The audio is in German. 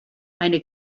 eine